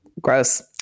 gross